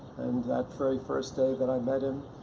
and that very first day that i met him,